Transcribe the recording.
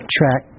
Track